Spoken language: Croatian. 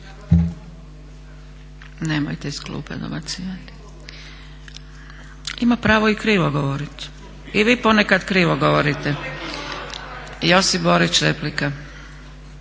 Nemojte iz klupe dobacivati. Ima pravo i krivo govoriti i vi ponekad krivo govorite. Josip Borić, replika.